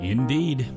Indeed